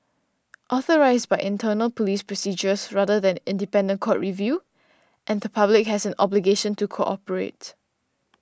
authorised by internal police procedures rather than independent court review and the public has an obligation to cooperate